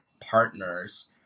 partners